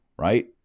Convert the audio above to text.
right